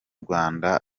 rwanda